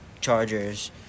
Chargers